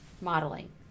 modeling